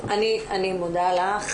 אני מודה לך.